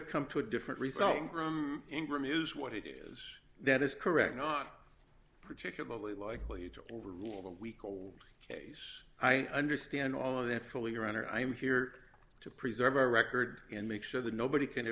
have come to a different result from ingram is what it is that is correct not particularly likely to overrule the weak old case i understand all of that fully around her i'm here to preserve our record and make sure that nobody can